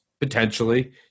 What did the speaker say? potentially